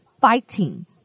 fighting